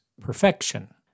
perfection